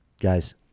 Guys